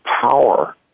power